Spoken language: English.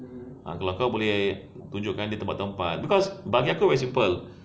ah kalau kau boleh tunjukkan tempat-tempat because bagi aku very simple